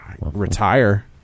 retire